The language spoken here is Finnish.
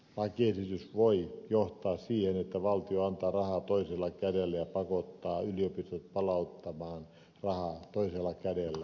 lakiesitys voi johtaa siihen että valtio antaa rahaa toisella kädellä ja pakottaa yliopistot palauttamaan rahaa toisella kädellä